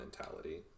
mentality